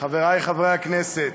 חבריי חברי הכנסת,